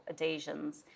adhesions